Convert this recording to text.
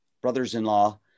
brothers-in-law